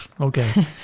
okay